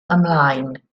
ymlaen